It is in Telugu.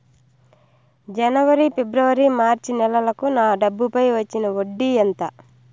జనవరి, ఫిబ్రవరి, మార్చ్ నెలలకు నా డబ్బుపై వచ్చిన వడ్డీ ఎంత